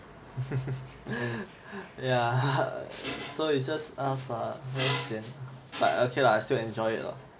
ya so it's just us lah sian but okay lah I still enjoy it lah